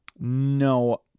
No